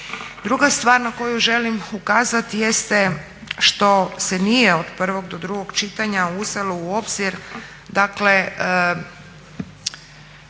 Druga stvar na koju želim ukazati jeste što se nije od prvog do drugog čitanja uzelo u obzir dakle